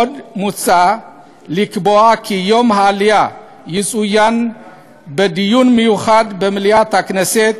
עוד מוצע לקבוע כי יום העלייה יצוין בדיון מיוחד במליאת הכנסת,